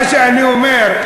מה שאני אומר,